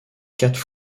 quatre